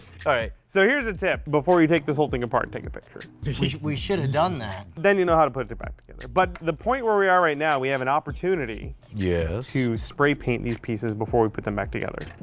show. all right, so here's a tip, before you take this whole thing apart take a picture we should we should have done that. then you know how to put it it back together. but the point where we are right now, we have an opportunity yeah to spray paint these pieces before we put them back together.